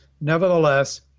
Nevertheless